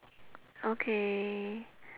okay